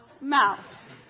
mouth